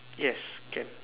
yes can